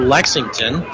Lexington